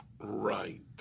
Right